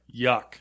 Yuck